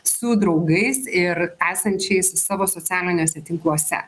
su draugais ir esančiais savo socialiniuose tinkluose